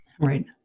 Right